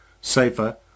safer